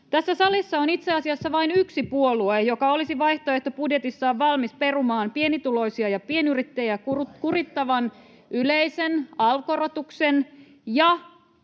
Tässä salissa on itse asiassa vain yksi puolue, joka olisi vaihtoehtobudjetissaan valmis perumaan pienituloisia ja pienyrittäjä kurittavan yleisen alv-korotuksen ja